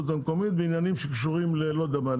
המקומית בעניינים שקשורים ללא יודע מה,